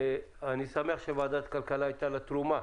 אני שמח שלוועדת הכלכלה הייתה תרומה